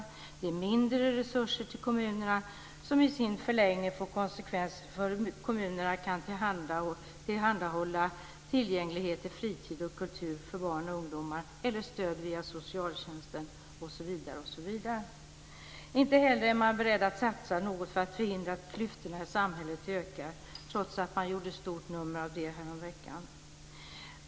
Man vill ge mindre resurser till kommunerna, vilket i förlängningen får konsekvenser för hur kommunerna kan tillhandahålla fritidsaktiviteter och kultur för barn och ungdomar eller stöd via socialtjänsten, osv. Inte heller är man beredd att satsa något för att förhindra att klyftorna i samhället ökar, trots att man gjorde ett stort nummer av det häromveckan.